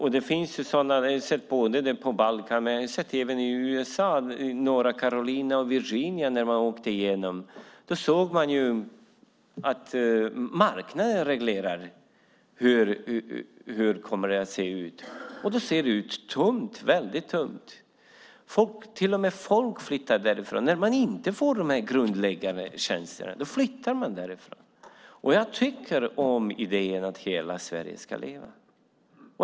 Jag har sett det på Balkan och även i USA när jag åkte igenom North Carolina och Virginia. Där såg man att marknaden reglerade hur det såg ut. Det var väldigt tomt. När människor inte får de grundläggande tjänsterna flyttar de därifrån. Jag tycker om idén att hela Sverige ska leva.